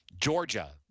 Georgia